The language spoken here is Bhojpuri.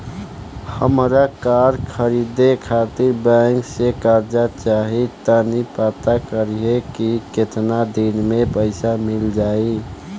हामरा कार खरीदे खातिर बैंक से कर्जा चाही तनी पाता करिहे की केतना दिन में पईसा मिल जाइ